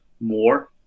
more